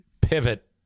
pivot